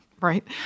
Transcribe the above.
right